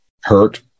hurt